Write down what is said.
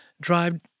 drive